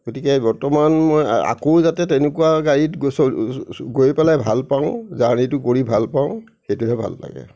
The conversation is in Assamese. গতিকে বৰ্তমান মই আ আকৌ যাতে তেনেকুৱা গাড়ীত গৈ গৈ পেলাই ভাল পাওঁ জাৰ্নিটো কৰি ভাল পাওঁ সেইটোহে ভাল লাগে